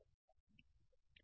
విద్యార్థి మనం చేయగలమా